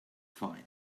fine